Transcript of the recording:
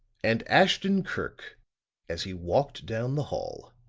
and ashton-kirk as he walked down the hall,